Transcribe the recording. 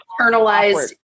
internalized